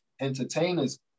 entertainers